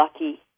lucky